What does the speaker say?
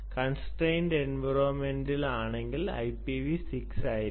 constraint environment ആണെങ്കിൽ അത് IPv6 ആയിരിക്കണം